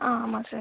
ஆ ஆமாம் சார்